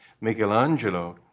Michelangelo